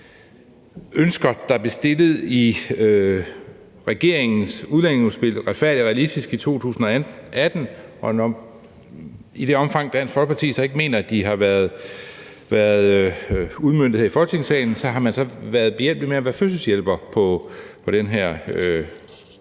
og realistisk – en udlændingepolitik, der samler Danmark« i 2018. Og i det omfang Dansk Folkeparti så ikke mener, de har været udmøntet her i Folketingssalen, har man været behjælpelige med at være fødselshjælper på den her